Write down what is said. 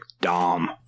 Dom